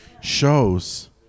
shows